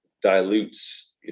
dilutes